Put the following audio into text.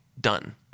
done